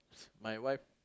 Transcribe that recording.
my wife